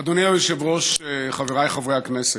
אדוני היושב-ראש, חבריי חברי הכנסת,